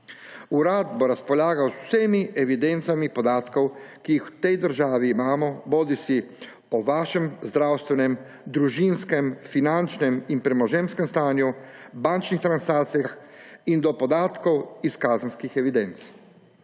Urad bo razpolagal z vsemi evidencami podatkov, ki jih v tej državi imamo, bodisi o vašem zdravstvenem, družinskem, finančnem in premoženjskem stanju, bančnih transakcijah in do podatkov iz kazenskih evidenc.